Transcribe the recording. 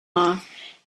off